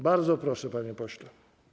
Bardzo proszę, panie pośle.